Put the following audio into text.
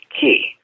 key